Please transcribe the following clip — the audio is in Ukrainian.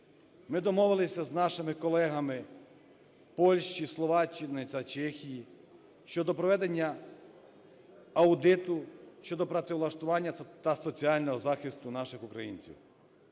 Ми домовилися з нашими колегами Польщі, Словаччини та Чехії щодо проведення аудиту щодо працевлаштування та соціального захисту наших українців.